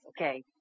okay